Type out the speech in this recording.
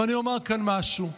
ואני אומר כאן משהו.